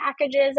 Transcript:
packages